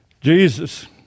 Jesus